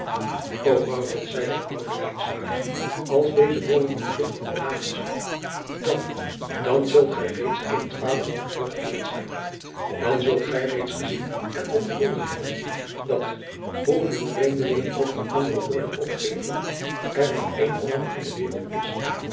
o maurits zeide de oude lijnslager als deze boomen met vruchten beladen zijn dan dan zult gij reeds in het vaderland terug gekeerd zijn dan zult gij reeds gezien en ondervonden hebben dat hoeveel vreemdelinadriaan loosjes pzn het leven van maurits lijnslager gen ook van andere oorden opgeven er maar één holland in de wereld is